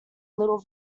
little